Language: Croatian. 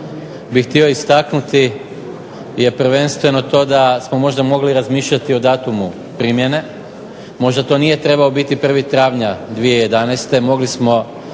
bih htio istaknuti je prvenstveno to da smo možda mogli razmišljati o datumu primjene. Možda to nije trebao biti 1. travnja 2011. Mogli smo